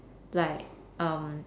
like um